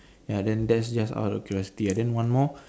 ya then that's just out of curiosity ah then one more